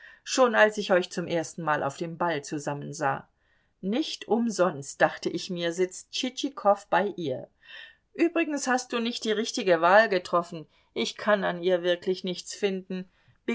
schon als ich euch zum erstenmal auf dem ball zusammen sah nicht umsonst dachte ich mir sitzt tschitschikow bei ihr übrigens hast du nicht die richtige wahl getroffen ich kann an ihr wirklich nichts finden